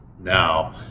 now